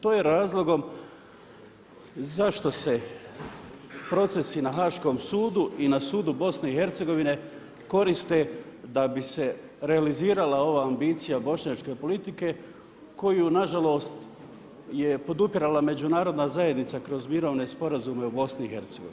To je razlog zašto se procesi na haškom sudu i na sudu na sudu BIH koriste da bi se realizira ova ambicija bošnjačke politike koju nažalost je podupirala međunarodna zajednica kroz mirovne sporazume u BIH.